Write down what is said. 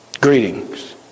greetings